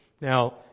Now